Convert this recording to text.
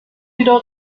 wieder